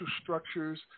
structures